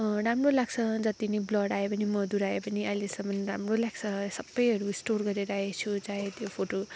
राम्रो लाग्छ जति नै ब्लर आए पनि मधुरो आए पनि है अहिलेसम्म राम्रो लाग्छ सबैहरू स्टोर गरेर राखेको छु चाहे त्यो फोटो